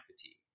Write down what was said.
fatigue